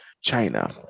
china